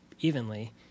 evenly